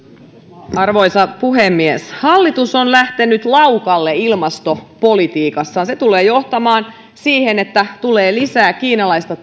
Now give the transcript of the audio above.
arvoisa puhemies hallitus on lähtenyt laukalle ilmastopolitiikassaan se tulee johtamaan siihen että tulee lisää kiinalaista